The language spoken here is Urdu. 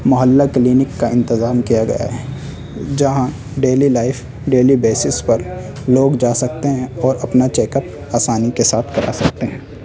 محلہ کلینک کا انتظام کیا گیا ہے جہاں ڈیلی لائف ڈیلی بیسس پر لوگ جا سکتے ہیں اور اپنا چیک اپ آسانی کے ساتھ کرا سکتے ہیں